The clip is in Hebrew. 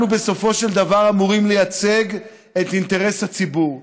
אנחנו בסופו של דבר אמורים לייצג את אינטרס הציבור.